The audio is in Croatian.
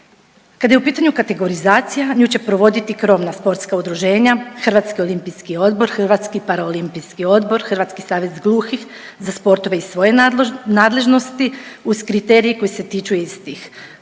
Kad je u pitanju kategorizacija nju će provoditi krovna sportska udruženja, Hrvatski olimpijski odbor, Hrvatski paraolimpijski odbor, Hrvatski savez gluhih za sportove iz svoje nadležnosti uz kriterije koje se tiču istih.